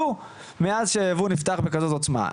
ירדו מאז שהייבוא נפתח בכזאת עוצמה.